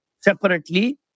separately